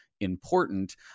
important